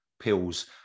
pills